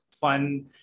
fun